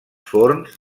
forns